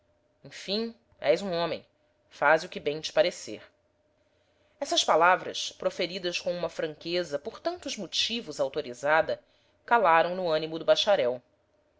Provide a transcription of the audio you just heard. enfim és um homem faze o que bem te parecer essas palavras proferidas com uma franqueza por tantos motivos autorizada calaram no ânimo do bacharel